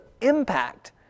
impact